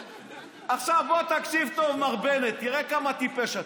עכשיו, בוא תקשיב טוב, מר בנט, תראה כמה טיפש אתה.